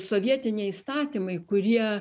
sovietiniai įstatymai kurie